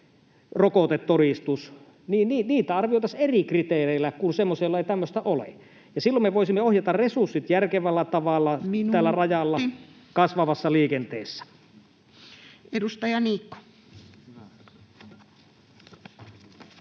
rokotetodistus, niin niitä arvioitaisiin eri kriteereillä kuin semmoisia, joilla ei tämmöistä ole. Silloin me voisimme ohjata resurssit järkevällä tavalla [Puhemies: Minuutti!] rajalla kasvavassa liikenteessä. [Speech 225]